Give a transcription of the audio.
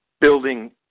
building